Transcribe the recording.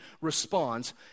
responds